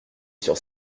sur